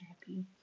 happy